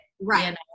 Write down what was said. right